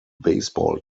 baseball